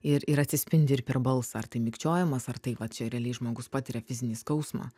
ir ir atsispindi ir per balsą ar tai mikčiojimas ar tai va čia realiai žmogus patiria fizinį skausmą